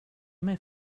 mig